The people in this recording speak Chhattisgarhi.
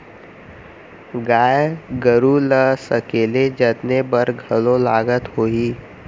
गाय गरू ल सकेले जतने बर घलौ लागत होही?